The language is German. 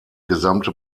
gesamte